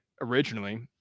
originally